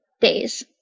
days